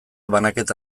banaketa